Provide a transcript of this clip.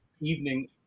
evening